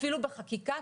אפילו בחקיקה,